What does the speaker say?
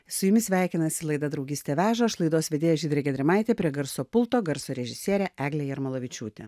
su jumis sveikinasi laida draugystė veža aš laidos vedėja žydrė gedrimaitė prie garso pulto garso režisierė eglė jarmolavičiūtė